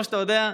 וכמו שאתה יודע,